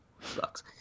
sucks